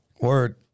word